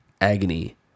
agony